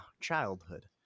childhood